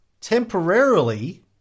temporarily